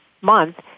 month